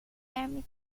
army